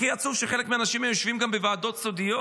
הכי עצוב שחלק מהאנשים האלה יושבים גם בוועדות סודיות,